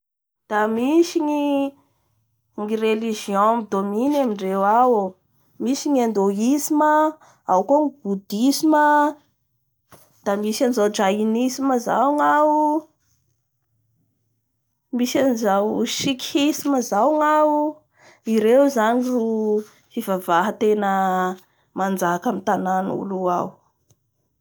Da misy ny religion mi-domine amindreo ao, da misy ny indoisme ao koa ny boudisme da misy anizao jainisme zao gnao misy anizao chiquisme zao ny ao da misy anizao jainisme zao ny ao ireo zany ny fivavavaha tena manjaka amin'ny tana io ao.